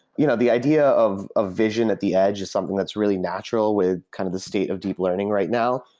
you know the idea of a vision at the edge is something that's really natural with kind of the state of deep learning right now.